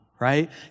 right